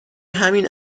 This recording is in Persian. همین